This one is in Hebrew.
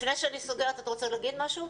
לפני שאני סוגרת אתה רוצה להגיד משהו?